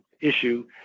issue